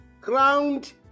crowned